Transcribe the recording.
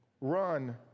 run